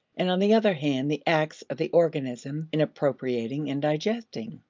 and on the other hand the acts of the organism in appropriating and digesting.